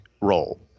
role